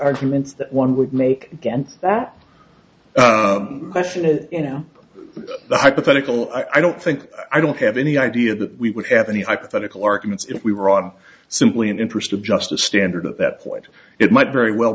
arguments that one would make again that question and you know the hypothetical i don't think i don't have any idea that we would have any hypothetical arguments if we were on simply an interest of just a standard at that point it might very well